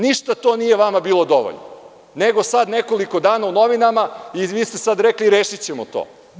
Ništa to vama nije bilo dovoljno, nego sada nekoliko dana u novinama i vi ste sada rekli - rešićemo to.